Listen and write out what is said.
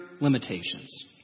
limitations